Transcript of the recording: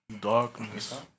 Darkness